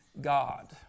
God